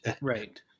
Right